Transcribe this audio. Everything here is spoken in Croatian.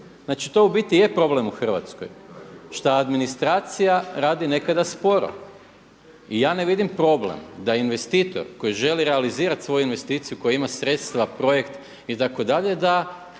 Znači to u biti i je problem u Hrvatskoj šta administracija radi nekada sporo. I ja ne vidim problem da investitor koji želi realizirati svoju investiciju, koji ima sredstva, projekt itd.,